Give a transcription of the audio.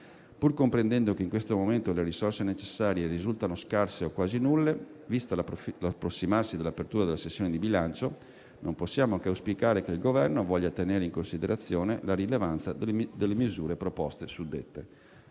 Pur comprendendo che in questo momento le risorse necessarie risultano scarse o quasi nulle, visto l'approssimarsi dell'apertura della sessione di bilancio, non possiamo che auspicare che il Governo voglia tenere in considerazione la rilevanza delle misure proposte. Da molte